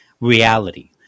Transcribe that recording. reality